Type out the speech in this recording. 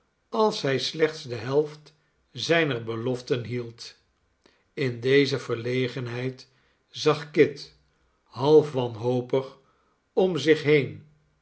als hij slechts de helft zijner beloften hield in deze verlegenheid zag kit half wanhopig om zich heen